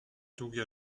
długie